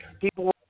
people